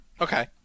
Okay